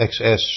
Xs